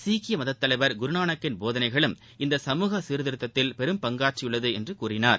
சீக்கிய மதத்தலைவா் குருநானக்கின் போதனைகளும் இந்த சமூக சீர்திருத்தத்தில் பெரும்பங்காற்றியுள்ளது என்றார்